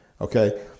Okay